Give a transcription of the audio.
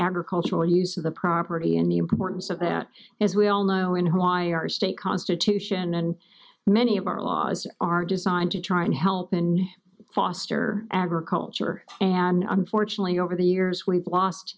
agricultural use of the property and the importance of it as we all know in hawaii our state constitution and many of our laws are designed to try and help and foster agriculture and unfortunately over the years we've lost